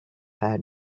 had